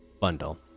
bundle